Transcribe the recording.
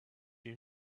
you